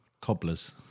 cobblers